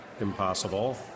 impossible